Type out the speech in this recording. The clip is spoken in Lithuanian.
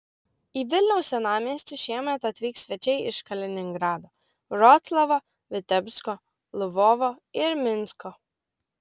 į vilniaus senamiestį šiemet atvyks svečiai iš kaliningrado vroclavo vitebsko lvovo ir minsko